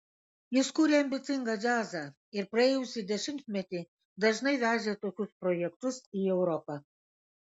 jis kūrė ambicingą džiazą ir praėjusį dešimtmetį dažnai vežė tokius projektus į europą